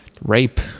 rape